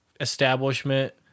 establishment